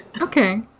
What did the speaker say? Okay